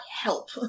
help